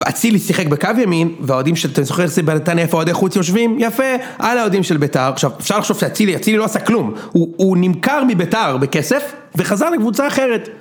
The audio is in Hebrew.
אצילי שיחק בקו ימין, והאוהדים של, אתה זוכר אצלי בנתניה איפה אוהדי חוץ יושבים? יפה. על האוהדים של ביתר. עכשיו, אפשר לחשוב שאצילי, אצילי לא עשה כלום. הוא נמכר מביתר בכסף, וחזר לקבוצה אחרת.